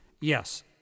yes